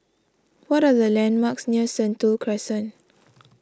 what are the landmarks near Sentul Crescent